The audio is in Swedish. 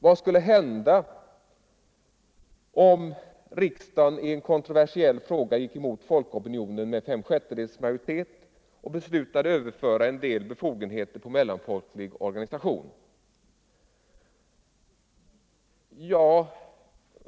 Vad skulle hända om riksdagen i en kontroversiell fråga med fem sjättedels majoritet gick emot folkopinionen och beslöt överföra en del befogenheter på en mellanfolklig organisation?